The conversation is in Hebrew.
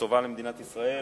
וטובה למדינת ישראל.